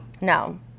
No